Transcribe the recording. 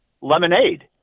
lemonade